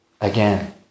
again